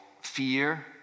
fear